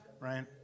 right